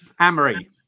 Amory